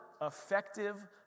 Effective